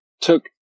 took